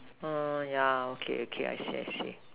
yeah okay okay I see I see